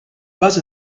base